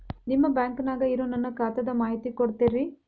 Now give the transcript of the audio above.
ನಿಮ್ಮ ಬ್ಯಾಂಕನ್ಯಾಗ ಇರೊ ನನ್ನ ಖಾತಾದ ಮಾಹಿತಿ ಕೊಡ್ತೇರಿ?